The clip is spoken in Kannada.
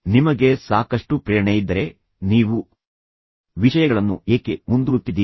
ನಿಮಗೆ ಸಾಕಷ್ಟು ಪ್ರೇರಣೆ ಇದ್ದರೆ ನೀವು ವಿಷಯಗಳನ್ನು ಏಕೆ ಮುಂದೂಡುತ್ತಿದ್ದೀರಿ